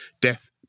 death